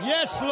Yes